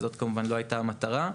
וזאת כמובן לא הייתה המטרה.